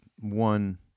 one